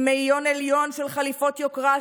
עם מאיון עליון של חליפות יוקרה,